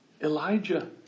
Elijah